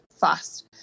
fast